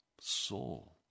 soul